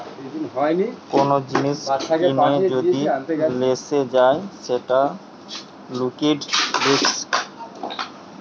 কোন জিনিস কিনে যদি লসে যায় সেটা লিকুইডিটি রিস্ক